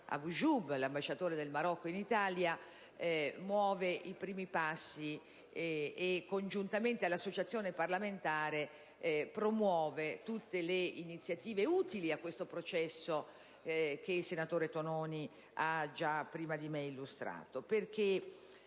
dell'ambasciatore del Marocco in Italia, Abo Ayoub, muove i primi passi e, congiuntamente all'associazione parlamentare, promuove tutte le iniziative utili a quel processo che il senatore Tonini ha prima di me illustrato.